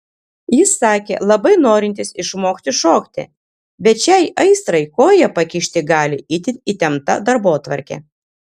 jis sakė labai norintis išmokti šokti bet šiai aistrai koją pakišti gali itin įtempta darbotvarkė